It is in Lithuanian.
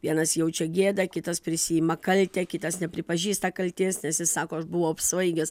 vienas jaučia gėdą kitas prisiima kaltę kitas nepripažįsta kaltės nes jis sako aš buvau apsvaigęs